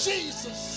Jesus